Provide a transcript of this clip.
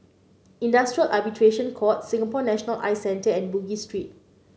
Industrial Arbitration Court Singapore National Eye Centre and Bugis Street